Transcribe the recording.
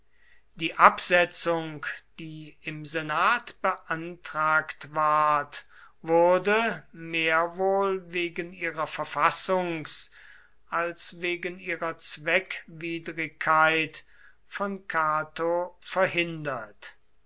die absetzung die im senat beantragt ward wurde mehr wohl wegen ihrer verfassungs als wegen ihrer zweckwidrigkeit von cato verhindert